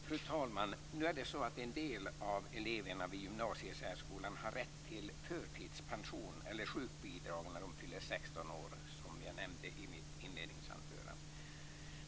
Fru talman! Nu är det så att en del av eleverna vid gymnasiesärskolan har rätt till förtidspension eller sjukbidrag när de fyller 16 år, som jag nämnde i mitt inledningsanförande.